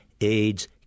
AIDS